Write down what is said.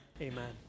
Amen